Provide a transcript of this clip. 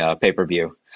pay-per-view